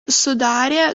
sudarė